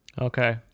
Okay